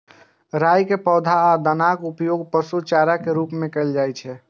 राइ के पौधा आ दानाक उपयोग पशु चारा के रूप मे कैल जाइ छै